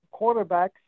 quarterbacks